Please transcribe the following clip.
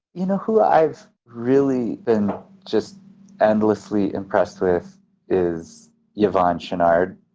you know who i've really been just endlessly impressed with is yvon chouinard.